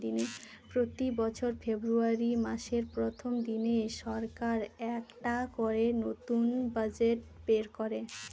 প্রতি বছর ফেব্রুয়ারী মাসের প্রথম দিনে সরকার একটা করে নতুন বাজেট বের করে